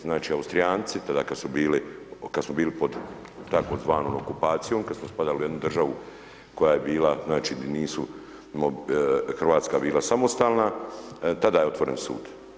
Znači, Austrijanci, tada, kad smo bili pod tzv. okupacijom, kad smo spadali u jednu državu koja je bila znači di nisu Hrvatska bila samostalna, tada je otvoren sud.